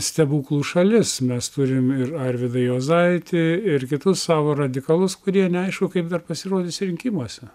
stebuklų šalis mes turim ir arvydą juozaitį ir kitus savo radikalus kurie neaišku kaip dar pasirodys rinkimuose